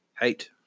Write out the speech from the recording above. hate